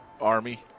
Army